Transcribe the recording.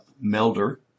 Melder